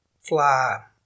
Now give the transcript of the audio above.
fly